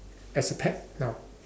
as a pet now